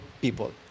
people